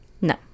No